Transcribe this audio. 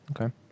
Okay